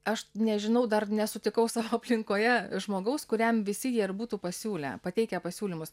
aš nežinau dar nesutikau savo aplinkoje žmogaus kuriam visi jie ir būtų pasiūlę pateikę pasiūlymus